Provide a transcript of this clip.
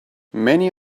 many